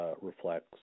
reflects